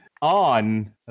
On